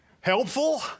Helpful